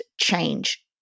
change